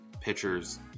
pitchers